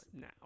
now